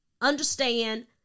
understand